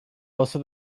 also